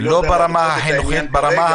אני לא יכול למצות את העניין כרגע.